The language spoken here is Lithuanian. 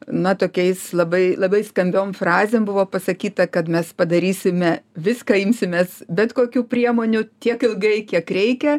na tokiais labai labai skambiom frazėm buvo pasakyta kad mes padarysime viską imsimės bet kokių priemonių tiek ilgai kiek reikia